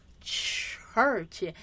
church